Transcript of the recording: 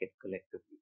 collectively